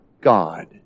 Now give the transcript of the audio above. God